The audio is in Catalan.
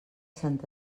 sant